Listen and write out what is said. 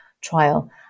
trial